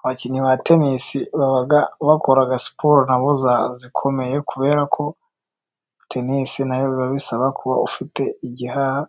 Abakinnyi ba tenisi baba bakora siporo na bo zikomeye, kubera ko tenisi na yo biba bisaba kuba ufite igihaha,